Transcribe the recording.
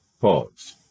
pause